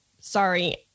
sorry